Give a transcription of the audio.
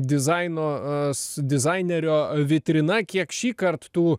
dizaino dizainerio vitrina kiek šįkart tų